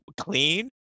clean